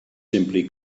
simply